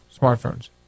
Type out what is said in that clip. smartphones